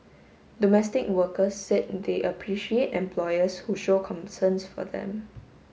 domestic workers said they appreciate employers who show concerns for them